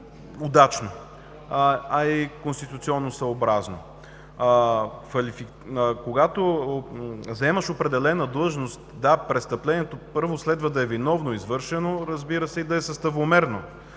удачно и конституционно съобразно. Когато заемаш определена длъжност – да, първо, престъплението следва да е виновно извършено, разбира се, и да е съставомерно.